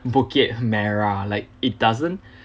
bukit-merah like it doesn't